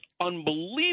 unbelievable